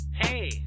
Hey